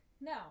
No